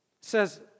says